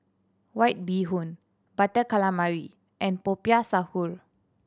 White Bee Hoon Butter Calamari and Popiah Sayur